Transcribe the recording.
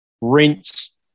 rinse